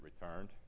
returned